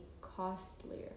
costlier